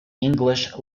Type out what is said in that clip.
english